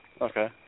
Okay